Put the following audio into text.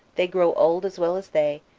they grow old as well as they,